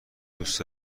دوست